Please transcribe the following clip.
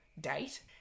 date